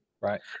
Right